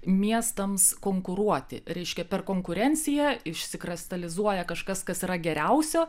miestams konkuruoti reiškia per konkurenciją išsikristalizuoja kažkas kas yra geriausio